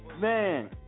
Man